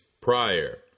prior